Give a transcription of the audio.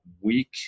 week